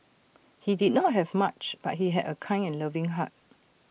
he did not have much but he had A kind and loving heart